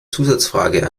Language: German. zusatzfrage